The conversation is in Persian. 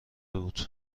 بود